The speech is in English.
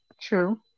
True